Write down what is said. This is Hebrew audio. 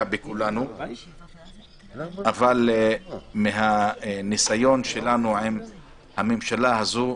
בכולנו אבל מהניסיון שלנו עם הממשלה הזו,